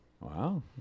Wow